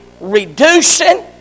reducing